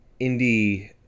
indie